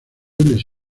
les